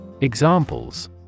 Examples